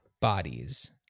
bodies